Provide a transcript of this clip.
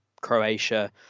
Croatia